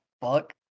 fuck